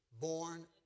born